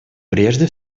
прежде